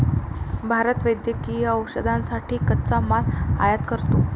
भारत वैद्यकीय औषधांसाठी कच्चा माल आयात करतो